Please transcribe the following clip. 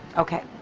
okay.